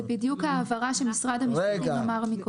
זו בדיוק הבהרה שמשרד המשפטים אמר מקודם.